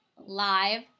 live